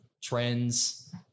trends